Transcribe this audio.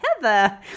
Heather